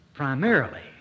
primarily